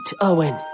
Owen